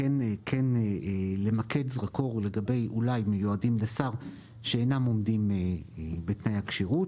כן למקד מקור לגבי מיועדים לשר שאינם עומדים בתנאי הכשירות